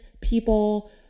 people